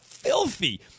Filthy